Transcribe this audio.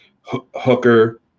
Hooker